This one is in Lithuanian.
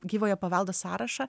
gyvojo paveldo sąrašą